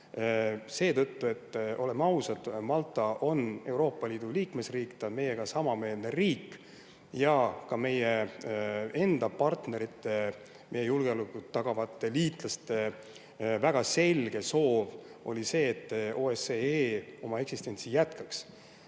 seetõttu, et – oleme ausad – Malta on Euroopa Liidu liikmesriik, ta on meiega samameelne riik ja ka meie enda partnerite, meie julgeolekut tagavate liitlaste väga selge soov oli, et OSCE oma eksistentsi jätkaks.